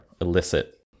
illicit